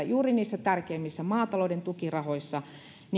juuri niissä tärkeimmissä maatalouden tukirahoissa